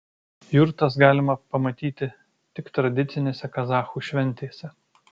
jurtas galima pamatyti tik tradicinėse kazachų šventėse